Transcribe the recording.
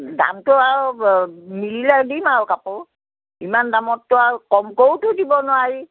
দামটো আৰু মিলিলে দিম আৰু কাপোৰ ইমান দামততো আৰু কমকৈয়োতো দিব নোৱাৰি